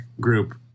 group